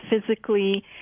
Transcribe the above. physically